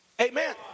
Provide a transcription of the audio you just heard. Amen